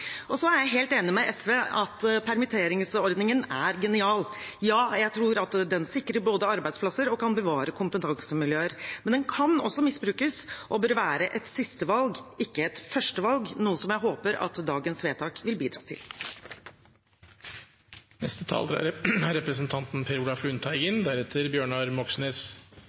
er helt enig med SV i at permitteringsordningen er genial. Ja, jeg tror den både sikrer arbeidsplasser og kan bevare kompetansemiljøer, men den kan også misbrukes og bør være et sistevalg, ikke et førstevalg, noe jeg håper dagens vedtak vil bidra til. Representanten Per Olaf Lundteigen